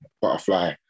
butterfly